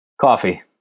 Coffee